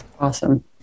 Awesome